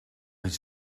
iets